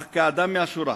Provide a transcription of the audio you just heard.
אך כאדם מן השורה